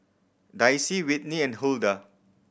Dicy Whitney and Huldah